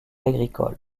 agricoles